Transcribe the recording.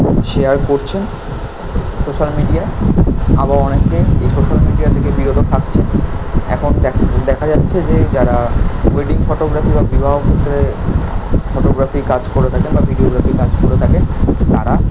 share করছেন সোশ্যাল মিডিয়ায় আবার অনেকে এই সোশ্যাল মিডিয়া থেকে বিরত থাকছে এখন দেখা দেখা যাচ্ছে যে যারা ওয়েডিং ফটোগ্রাফি বা বিবাহ ক্ষেত্রে ফটোগ্রাফির কাজ করে থাকে বা ভিডিওগ্রাফির কাজ করে থাকে তারা